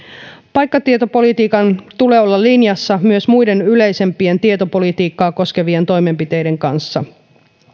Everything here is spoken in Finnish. paikkatietopolitiikan tulee olla linjassa myös muiden yleisempien tietopolitiikkaa koskevien toimenpiteiden kanssa